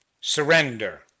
surrender